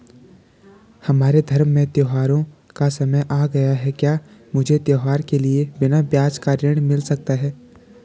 हमारे धर्म में त्योंहारो का समय आ गया है क्या मुझे त्योहारों के लिए बिना ब्याज का ऋण मिल सकता है?